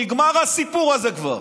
נגמר הסיפור הזה כבר.